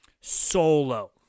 solo